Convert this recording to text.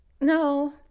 No